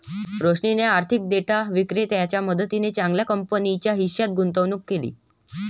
रोशनीने आर्थिक डेटा विक्रेत्याच्या मदतीने चांगल्या कंपनीच्या हिश्श्यात गुंतवणूक केली